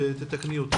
ותקני אותי,